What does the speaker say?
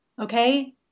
Okay